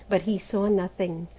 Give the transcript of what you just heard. but he saw nothing.